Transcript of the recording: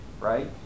Right